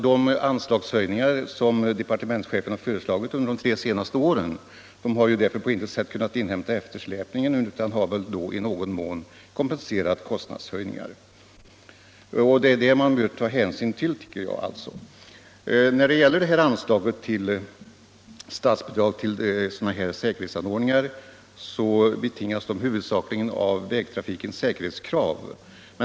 De anslagshöjningar som departementschefen har föreslagit under de tre senaste åren har därför på intet sätt kunnat inhämta eftersläpningen, utan de har bara i någon mån kompenserat kostnadshöjningarna. Detta måste man ta hänsyn till. Statsbidraget till sådana säkerhetsanordningar betingas huvudsakligen av vägtrafikens säkerhetskrav.